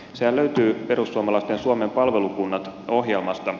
sehän löytyy perussuomalaisten suomen palvelukunnat ohjelmasta